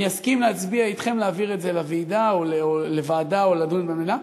אני אסכים להצביע אתכם להעביר את זה לוועדה או לדון במליאה.